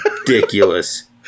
ridiculous